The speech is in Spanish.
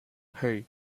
hey